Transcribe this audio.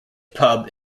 pub